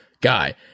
guy